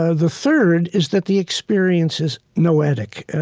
ah the third is that the experience is noetic.